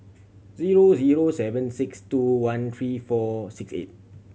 zero zero seven six one three four six eight